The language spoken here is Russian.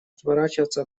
отворачиваться